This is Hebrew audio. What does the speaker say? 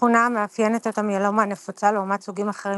תכונה המאפיינת את המיאלומה הנפוצה לעומת סוגים אחרים